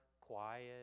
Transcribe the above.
quiet